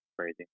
crazy